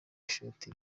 ishoti